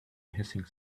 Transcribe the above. hissing